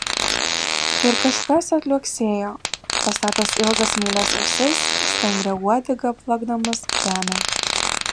ir kažkas atliuoksėjo pastatęs ilgas smailias ausis stangria uodega plakdamas žemę